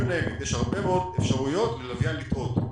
יש הרבה מאוד אפשרויות ללוויין לטעות.